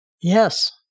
Yes